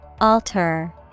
Alter